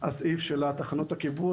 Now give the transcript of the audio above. המשנה וגם המתנדבים,